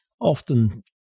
Often